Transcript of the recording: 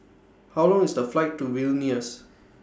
How Long IS The Flight to Vilnius